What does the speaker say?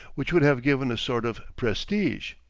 which would have given a sort of prestige.